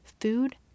Food